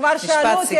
כבר שאלו אותי,